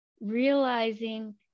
Realizing